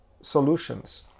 solutions